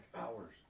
hours